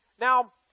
Now